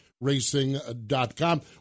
Racing.com